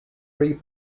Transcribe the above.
free